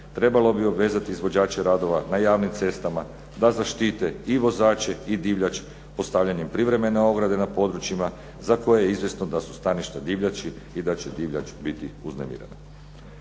trebalo bi obvezati izvođače radova na javnim cestama da zaštite i vozače i divljač postavljanjem privremene ograde na područjima za koje je izvjesno da su staništa divljači i da će divljač biti uznemirena.